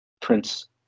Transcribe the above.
Prince